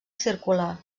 circular